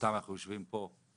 שבזכותם אנחנו יושבים פה,